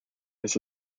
his